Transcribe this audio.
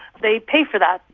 they pay for that,